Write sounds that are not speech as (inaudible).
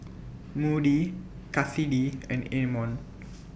(noise) Moody Kassidy and Amon (noise)